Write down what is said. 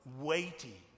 weighty